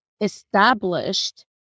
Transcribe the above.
established